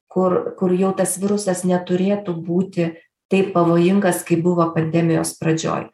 kur kur jau tas virusas neturėtų būti taip pavojingas kaip buvo pandemijos pradžioj